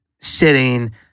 sitting